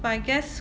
but I guess